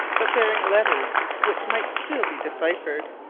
but bearing letters which might still be deciphered.